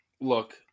look